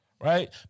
right